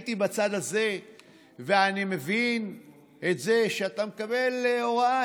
הייתי בצד הזה ואני מבין את שאתה מקבל הוראה,